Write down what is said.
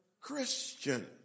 Christian